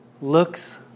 looks